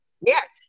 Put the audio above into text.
yes